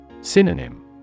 Synonym